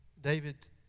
David